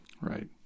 Right